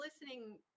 listening